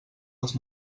els